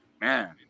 man